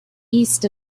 east